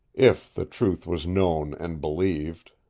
if the truth was known and believed.